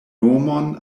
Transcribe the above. nomon